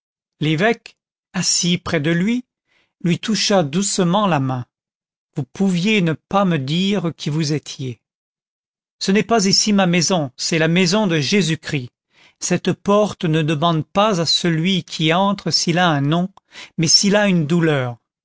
l'évêque assis près de lui lui toucha doucement la main vous pouviez ne pas me dire qui vous étiez ce n'est pas ici ma maison c'est la maison de jésus-christ cette porte ne demande pas à celui qui entre s'il a un nom mais s'il a une douleur